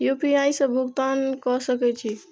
UPI से भुगतान क सके छी?